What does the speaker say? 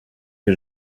que